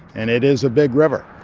and it is a big river